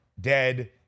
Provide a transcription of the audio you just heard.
dead